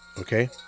Okay